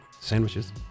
Sandwiches